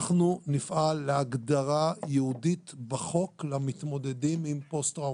אנחנו נפעל להגדרה ייעודית בחוק למתמודדים עם פוסט-טראומה.